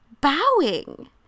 bowing